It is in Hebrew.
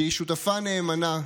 שהיא שותפה נאמנה,